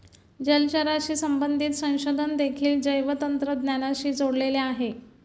जलचराशी संबंधित संशोधन देखील जैवतंत्रज्ञानाशी जोडलेले आहे